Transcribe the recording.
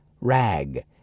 RAG